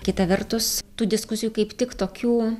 kita vertus tų diskusijų kaip tik tokių